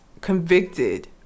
convicted